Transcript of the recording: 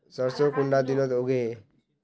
सरसों कुंडा दिनोत उगैहे?